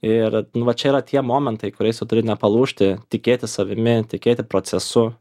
ir va čia yra tie momentai kuriais turi nepalūžti tikėti savimi tikėti procesu